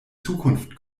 zukunft